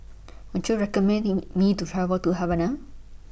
Would YOU recommend Me to travel to Havana